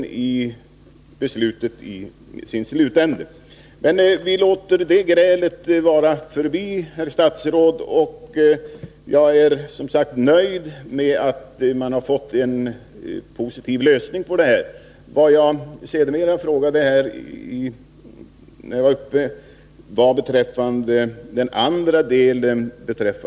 i beslutet. Men vi låter det grälet vara förbi, herr statsråd. Jag är som sagt nöjd med att man fått en positiv lösning. Min andra fråga i mitt tidigare anförande gällde dockportarna.